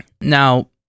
Now